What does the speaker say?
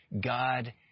God